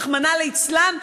רחמנא ליצלן,